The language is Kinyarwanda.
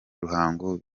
ruhango